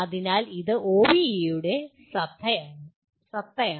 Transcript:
അതിനാൽ ഇത് OBE യുടെ സത്തയാണ്